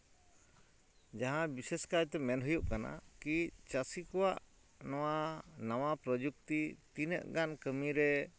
ᱡᱟᱦᱟᱸ ᱵᱤᱥᱮᱥ ᱠᱟᱭᱛᱮ ᱢᱮᱱ ᱦᱩᱭᱩᱜ ᱠᱟᱱᱟ ᱠᱤ ᱪᱟᱹᱥᱤ ᱠᱚᱣᱟᱜ ᱱᱚᱣᱟ ᱱᱟᱣᱟ ᱯᱨᱚᱡᱩᱠᱛᱤ ᱛᱤᱱᱟᱹᱜ ᱜᱟᱱ ᱠᱟᱹᱢᱤ ᱨᱮ